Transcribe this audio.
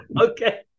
Okay